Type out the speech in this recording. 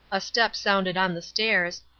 a step sounded on the stairs,